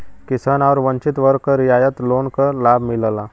किसान आउर वंचित वर्ग क रियायत लोन क लाभ मिलला